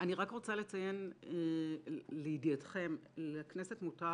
אני רק רוצה לציין, לידיעתכם, שלכנסת מותר